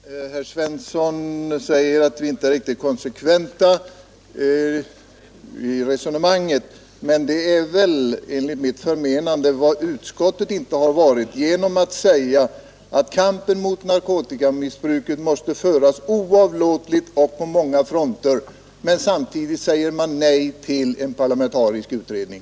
Fru talman! Herr Svensson i Kungälv säger att vi inte är riktigt konsekventa i resonemanget. Men det är enligt mitt förmenande vad utskottet inte har varit genom att säga att ”kampen mot narkotikamissbruket måste föras oavlåtligt och på många olika fronter”, och samtidigt säga nej till en parlamentarisk utredning.